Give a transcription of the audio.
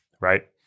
right